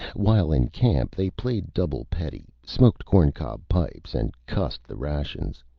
while in camp they played double pedie, smoked corn-cob pipes, and cussed the rations.